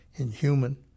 Inhuman